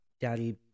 daddy